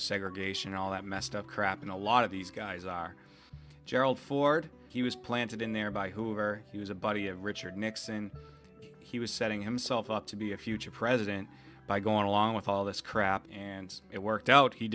segregation all that messed up crap and a lot of these guys are gerald ford he was planted in there by hoover he was a buddy of richard nixon he was setting himself up to be a future president by going along with all this crap and it worked out he